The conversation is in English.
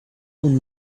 own